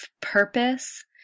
purpose